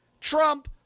Trump